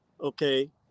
okay